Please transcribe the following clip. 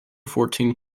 fourteen